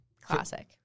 Classic